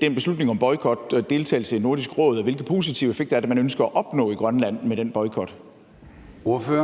den beslutning om boykot og deltagelse i Nordisk Råd, og hvilke positive effekter er det, man ønsker at opnå i Grønland med den boykot? Kl.